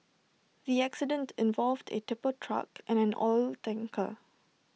the accident involved A tipper truck and an oil tanker